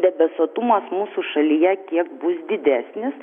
debesuotumas mūsų šalyje kiek bus didesnis